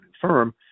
firm